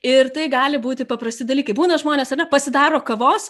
ir tai gali būti paprasti dalykai būna žmonės ar ne pasidaro kavos